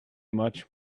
much